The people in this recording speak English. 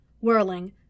Whirling